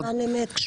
בזמן אמת,